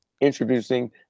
Introducing